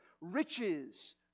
Riches